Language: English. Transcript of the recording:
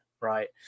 right